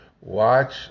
Watch